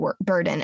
burden